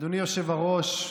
אדוני היושב-ראש,